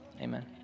amen